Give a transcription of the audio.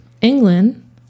England